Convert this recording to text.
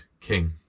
king